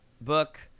book